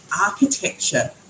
architecture